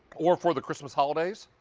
or for the christmas holidays?